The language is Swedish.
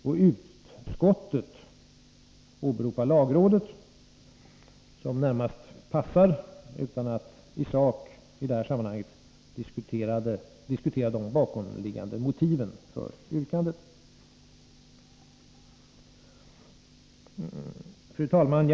Och utskottet åberopar lagrådet, som närmast passar, utan att i sak i det här sammanhanget diskutera de bakomliggande motiven för yrkandet. Fru talman!